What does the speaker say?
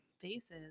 faces